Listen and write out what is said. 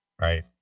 Right